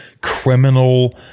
criminal